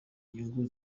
inyungu